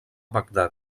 bagdad